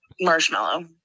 marshmallow